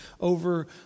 over